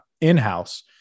in-house